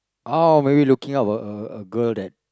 oh maybe looking up a a a girl that